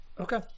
Okay